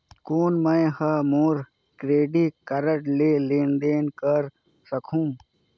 कौन मैं ह मोर क्रेडिट कारड ले लेनदेन कर सकहुं?